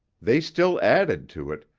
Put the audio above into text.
they still added to it,